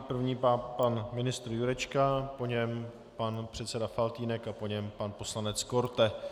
První pan ministr Jurečka, po něm pan předseda Faltýnek a po něm pan poslanec Korte.